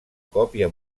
còpia